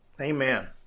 Amen